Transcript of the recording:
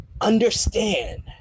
understand